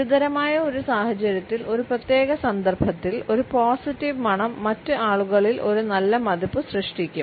ഗുരുതരമായ ഒരു സാഹചര്യത്തിൽ ഒരു പ്രത്യേക സന്ദർഭത്തിൽ ഒരു പോസിറ്റീവ് മണം മറ്റ് ആളുകളിൽ ഒരു നല്ല മതിപ്പ് സൃഷ്ടിക്കും